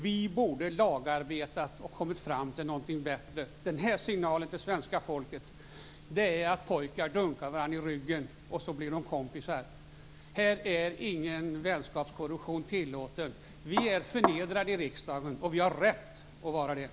Vi borde ha lagarbetat och kommit fram till något bättre. Den här signalen till svenska folket innebär att pojkar dunkar varandra i ryggen, och sedan blir de kompisar. Här är ingen vänskapskorruption tillåten. Vi i riksdagen är förnedrade, och det har vi all rätt att känna.